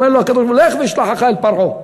אומר לו הקדוש-ברוך-הוא: "לכה ואשלחך אל פרעה".